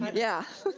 yeah.